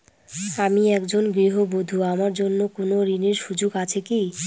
আমি একজন গৃহবধূ আমার জন্য কোন ঋণের সুযোগ আছে কি?